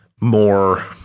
more